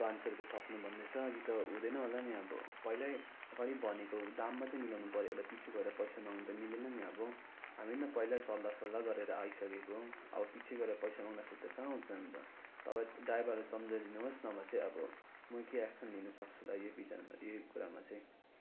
पाँच सय रुपियाँ थप्नु भन्दैछ यो त हुँदैन होला नि अब पहिल्यै अघाडि भनेको दाम मात्रै मिलाउनु पर्यो होला पिच्छे गएर पैसा मागनु त मिलेन नि अब हामी पनि त पहिल्यै सल्लाह सल्लाह गरेर आइसकेको अब पिच्छे गएर पैसा माग्दाखेरि त कहाँ हुन्छ त तपाईँ ड्राइभरलाई सम्झाइदिनुहोस् नभए चाहिँ अब म केही एक्सन लिनु सक्छु होला यो विषयमा यो कुरामा चाहिँ